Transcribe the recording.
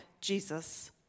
Jesus